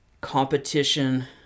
competition